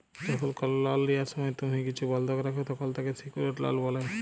যখল কল লল লিয়ার সময় তুম্হি কিছু বল্ধক রাখ, তখল তাকে সিকিউরড লল ব্যলে